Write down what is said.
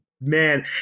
man